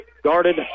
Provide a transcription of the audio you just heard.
Guarded